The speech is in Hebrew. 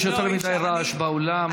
יש יותר מדי רעש באולם,